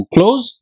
Close